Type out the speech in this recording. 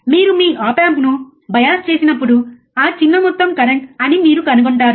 మీరు మీ ఆప్ ఆంప్ను బయాస్ చేసినప్పుడు ఆ చిన్న మొత్తం కరెంట్ అని మీరు కనుగొంటారు